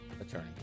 attorney